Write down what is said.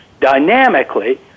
dynamically